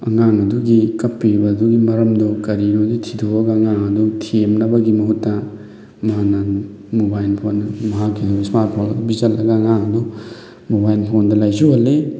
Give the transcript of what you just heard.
ꯑꯉꯥꯡ ꯑꯗꯨꯒꯤ ꯀꯞꯄꯤꯕ ꯑꯗꯨꯒꯤ ꯃꯔꯝꯗꯣ ꯀꯔꯤꯅꯣꯗꯣ ꯊꯤꯗꯣꯛꯑꯒ ꯑꯉꯥꯡ ꯑꯗꯨ ꯊꯦꯝꯅꯕꯒꯤ ꯃꯍꯨꯠꯇ ꯃꯥꯅ ꯃꯣꯕꯥꯏꯜ ꯐꯣꯟ ꯃꯍꯥꯛꯀꯤ ꯏ꯭ꯁꯃꯥꯔꯠ ꯐꯣꯜ ꯑꯗꯨ ꯄꯤꯁꯤꯜꯂꯒ ꯑꯉꯥꯡ ꯑꯗꯨ ꯃꯣꯕꯥꯏꯜ ꯐꯣꯟꯗ ꯂꯥꯏꯆꯨꯍꯜꯂꯤ